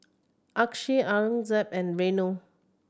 Akshay Aurangzeb and Renu